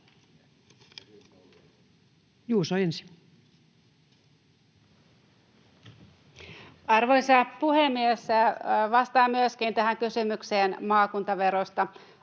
Juuso ensin. Arvoisa puhemies! Vastaan myöskin tähän kysymykseen maakuntaveroista.